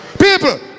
People